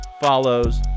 follows